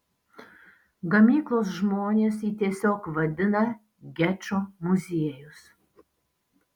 gamyklos žmonės jį tiesiog vadina gečo muziejus